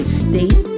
state